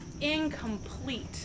incomplete